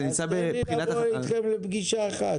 תן לי לבוא לפגישה אחת איתכם.